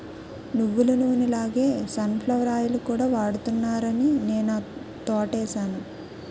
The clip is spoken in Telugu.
నువ్వులనూనె లాగే సన్ ఫ్లవర్ ఆయిల్ కూడా వాడుతున్నారాని నేనా తోటేసాను